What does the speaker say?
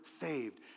saved